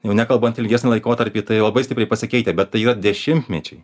jau nekalbant ilgesnį laikotarpį tai labai stipriai pasikeitę bet tai yra dešimtmečiai